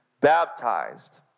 baptized